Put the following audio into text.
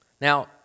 Now